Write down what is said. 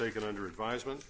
taken under advisement